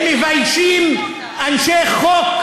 הם מביישים אנשי חוק.